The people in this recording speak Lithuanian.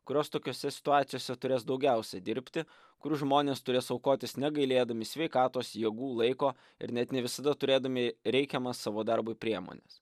kurios tokiose situacijose turės daugiausiai dirbti kur žmonės turės aukotis negailėdami sveikatos jėgų laiko ir net ne visada turėdami reikiamas savo darbui priemones